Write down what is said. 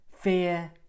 Fear